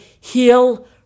heal